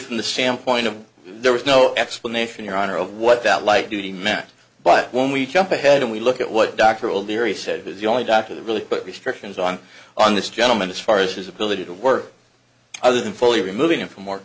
from the standpoint of there was no explanation your honor of what that light duty meant but when we jump ahead and we look at what dr old leary said as the only doctor that really put restrictions on on this gentleman as far as his ability to work other than fully removing him f